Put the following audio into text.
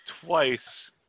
twice